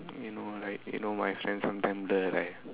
you know like you know my friend sometime blur right